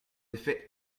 effet